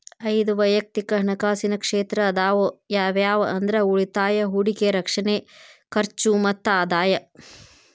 ಐದ್ ವಯಕ್ತಿಕ್ ಹಣಕಾಸಿನ ಕ್ಷೇತ್ರ ಅದಾವ ಯಾವ್ಯಾವ ಅಂದ್ರ ಉಳಿತಾಯ ಹೂಡಿಕೆ ರಕ್ಷಣೆ ಖರ್ಚು ಮತ್ತ ಆದಾಯ